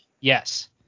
Yes